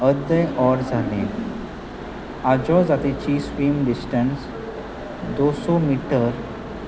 अर्दें ओर जालें आजो जातीची स्वीम डिस्टन्स दो सौ मिटर